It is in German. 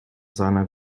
seiner